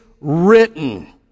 written